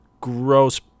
gross